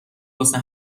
واسه